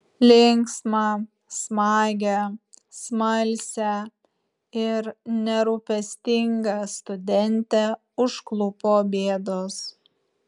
linksmą smagią smalsią ir nerūpestingą studentę užklupo bėdos